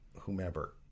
whomever